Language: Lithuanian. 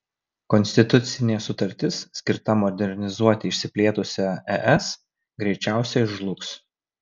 konstitucinė sutartis skirta modernizuoti išsiplėtusią es greičiausiai žlugs